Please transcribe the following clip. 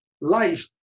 life